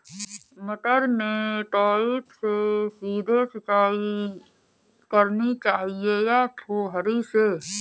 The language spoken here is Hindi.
मटर में पाइप से सीधे सिंचाई करनी चाहिए या फुहरी से?